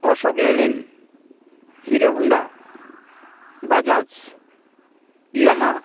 Ashok Leyland Hero Honda Bajaj Yamaha